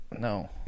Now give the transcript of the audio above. No